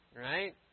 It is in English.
right